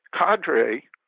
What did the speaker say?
Cadre